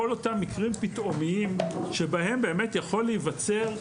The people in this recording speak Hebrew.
כל אותם מקרים פתאומיים שבהם יכול להיווצר,